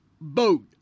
boat